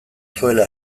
zuela